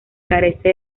carece